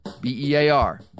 B-E-A-R